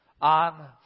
on